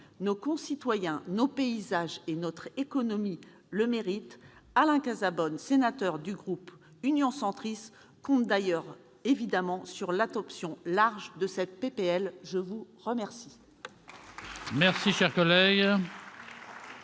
Nos concitoyens, nos paysages et notre économie le méritent. Alain Cazabonne, sénateur du groupe Union Centriste, compte d'ailleurs évidemment sur une large adoption de ce texte.